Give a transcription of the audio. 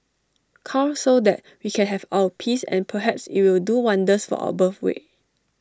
cull so that we can have our peace and perhaps it'll do wonders for our birthrate